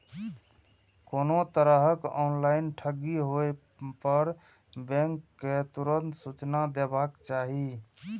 कोनो तरहक ऑनलाइन ठगी होय पर बैंक कें तुरंत सूचना देबाक चाही